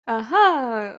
aha